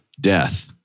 Death